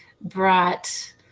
brought